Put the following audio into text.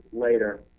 later